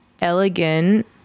elegant